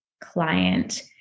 client